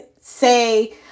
say